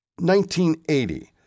1980